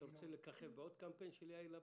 אתה רוצה לככב בעוד קמפיין של יאיר לפיד?